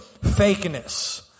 Fakeness